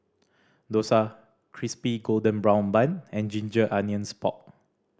dosa Crispy Golden Brown Bun and ginger onions pork